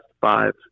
five